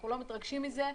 אנחנו לא מתרגשים מזה,